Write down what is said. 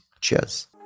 Cheers